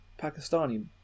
Pakistani